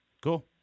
Cool